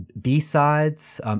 B-sides